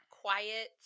quiet